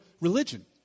religion